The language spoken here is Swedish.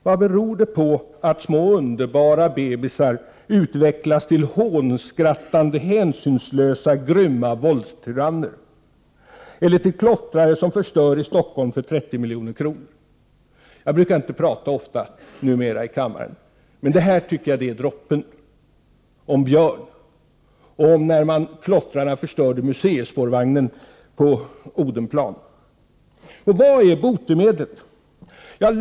Vad beror det på att små underbara ”bebisar” utvecklas till hånskrattande, hänsynslösa, grymma våldstyranner, eller till klottrare som förstör i Stockholm för 30 milj.kr. varje år? Numera brukar jag inte tala så ofta i riksdagens kammare, men historien om Björn blev droppen och det faktum att klottrare förstört den gamla museispårvagnen vid tunnelbanestationen på Odenplan. Vad är botemedlet?